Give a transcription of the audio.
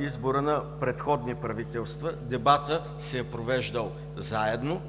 избора на предходни правителства. Дебатът се е провеждал заедно,